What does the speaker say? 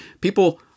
people